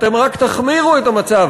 אתם רק תחמירו את המצב,